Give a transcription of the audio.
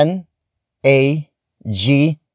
N-A-G-